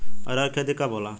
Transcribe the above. अरहर के खेती कब होला?